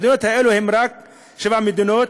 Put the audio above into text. המדינות האלה הן רק שבע מדינות,